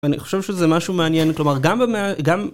ואני חושב שזה משהו מעניין, כלומר גם במה... גם...